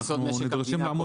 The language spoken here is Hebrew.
אנחנו נדרשים לעמוד בו.